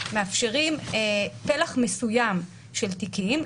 מאפשרים פלח מסוים של תיקים,